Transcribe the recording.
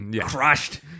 crushed